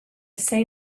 say